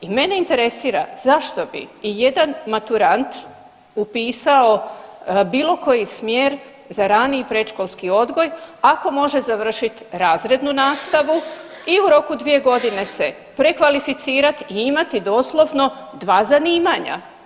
I mene interesira zašto bi ijedan maturant upisao bilo koji smjer za raniji predškolski odgoj ako može završiti razrednu nastavu i u roku 2 godine se prekvalificirati i imati doslovno 2 zanimanja.